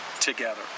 together